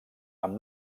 amb